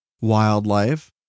Wildlife